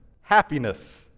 Happiness